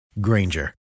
Granger